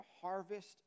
harvest